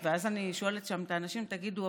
אז אני שואלת שם את האנשים: תגידו,